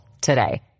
today